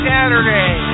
Saturday